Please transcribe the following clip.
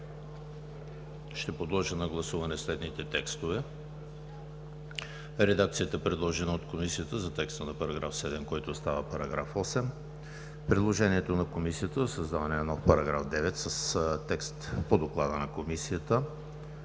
Ще подложа на гласуване следните текстове: редакцията, предложена от Комисията за текста на § 7, който става § 8; предложението на Комисията за създаването на нов § 9 с текст по Доклада на Комисията;